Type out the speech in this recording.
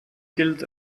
gilt